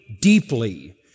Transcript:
deeply